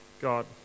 God